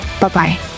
bye-bye